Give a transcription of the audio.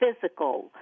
physical